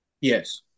Yes